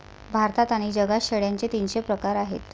भारतात आणि जगात शेळ्यांचे तीनशे प्रकार आहेत